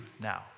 now